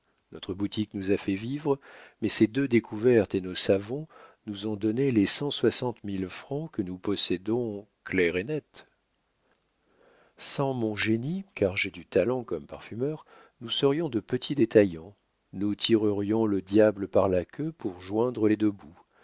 notre boutique nous a fait vivre mais ces deux découvertes et nos savons nous ont donné les cent soixante mille francs que nous possédons clair et net sans mon génie car j'ai du talent comme parfumeur nous serions de petits détaillants nous tirerions le diable par la queue pour joindre les deux bouts